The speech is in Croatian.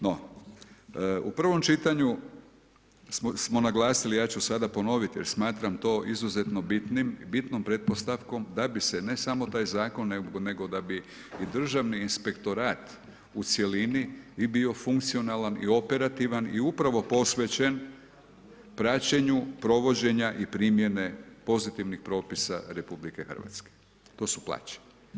No, u prvom čitanju smo naglasili i ja ću sada ponoviti jer smatram to izuzetno bitnom pretpostavkom da bi se ne samo taj zakon nego da bi i Državni inspektorat u cjelini i bio funkcionalan i operativan i upravo posvećen praćenju provođenja i primjene pozitivnih propisa RH, to su plaće.